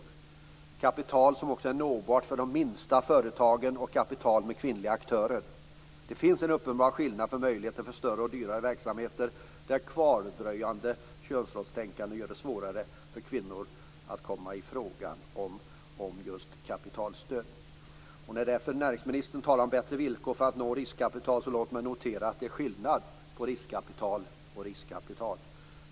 Det skall vara kapital som också kan nås av de minsta företagen och kapital för kvinnliga aktörer. Det finns en uppenbar skillnad i möjligheter för större och dyrare verksamheter där kvardröjande könsrollstänkande gör det svårare för kvinnor att komma i fråga för just kapitalstöd. Näringsministern talar om bättre villkor för att nå riskkapital. Låt mig då notera att det är skillnad på riskkapital och riskkapital.